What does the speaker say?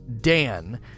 Dan